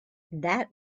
that